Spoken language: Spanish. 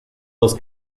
dos